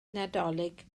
nadolig